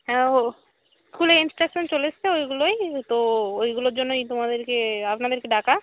হ্যাঁ ও স্কুলে ইন্সট্রাকশন চলে এসছে ওইগুলোই তো ওইগুলোর জন্যই তোমাদেরকে আপনাদেরকে ডাকা